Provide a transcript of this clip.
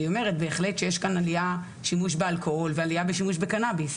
אז היא אומרת בהחלט שיש עלייה בשימוש באלכוהול ועלייה בשימוש בקנאביס,